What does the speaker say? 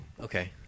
Okay